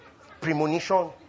premonition